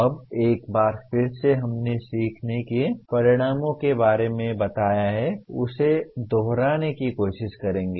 अब एक बार फिर से हमने सीखने के परिणामों के बारे में जो बताया है उसे दोहराने की कोशिश करेंगे